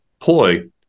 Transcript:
deploy